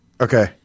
Okay